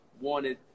wanted